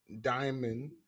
Diamond